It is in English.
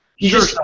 sure